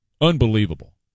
unbelievable